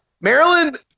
Maryland